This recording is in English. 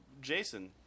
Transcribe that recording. Jason